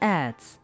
adds